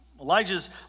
Elijah's